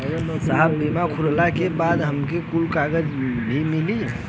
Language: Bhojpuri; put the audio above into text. साहब बीमा खुलले के बाद हमके कुछ कागज भी मिली?